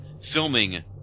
filming